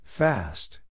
Fast